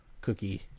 cookie